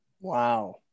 Wow